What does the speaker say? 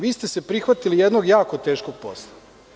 Vi ste se prihvatili jednog jako teškog posla.